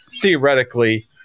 theoretically